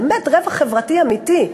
באמת, רווח חברתי אמיתי.